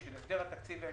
מסגרת תקציב המשכי,